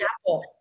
apple